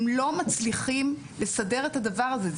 הם לא מצליחים לסדר את הדבר הזה.